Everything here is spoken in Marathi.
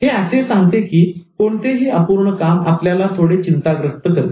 हे असे सांगते की कोणतेही अपूर्ण काम आपल्याला थोडे चिंताग्रस्त करते